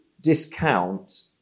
discount